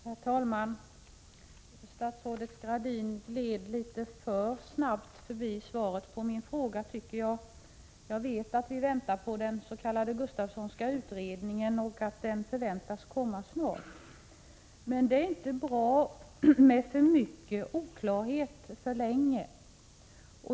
Herr talman! Jag tycker statsrådet Gradin gled litet för snabbt förbi svaret på min fråga. Jag vet att vi väntar på den s.k. Gustavssonska utredningen och att den förväntas bli färdig snart, men det är inte bra med för mycken oklarhet för länge.